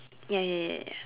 ya ya ya ya ya